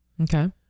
Okay